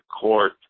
court